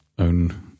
own